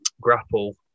grapple